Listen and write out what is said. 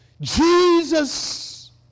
Jesus